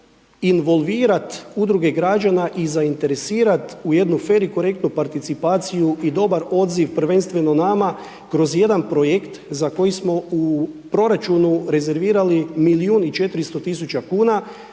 involvirat Udruge građana i zainteresirat u jednu fer i korektnu participaciju i dobar odziv prvenstveno nama kroz jedna projekt za koji smo u proračunu rezervirali milijun